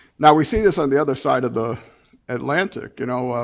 now we see this on the other side of the atlantic, you know,